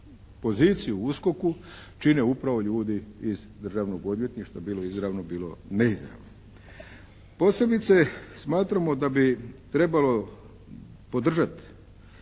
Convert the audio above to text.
poziciju u USKOK-u čine upravo ljudi iz Državnog odvjetništva bilo izravno bilo neizravno. Posebice smatramo da bi trebalo podržat